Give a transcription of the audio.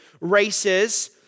races